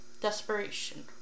desperation